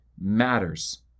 matters